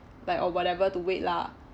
like or whatever to wait lah